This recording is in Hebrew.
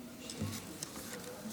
שלוש דקות.